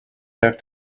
have